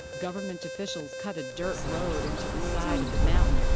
government officials cut a dirt road into the side of the mountain.